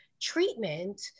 treatment